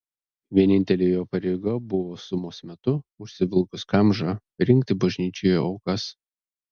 vienintelė jo pareiga buvo sumos metu užsivilkus kamžą rinkti bažnyčioje aukas